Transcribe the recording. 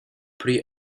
pre